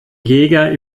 jäger